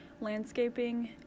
landscaping